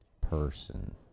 person